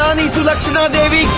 sulakshana devi